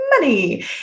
money